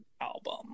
album